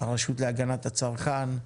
הרשות להגנת הצרכן,